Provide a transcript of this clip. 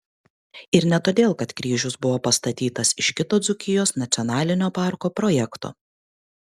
ir ne todėl kad kryžius buvo pastatytas iš kito dzūkijos nacionalinio parko projekto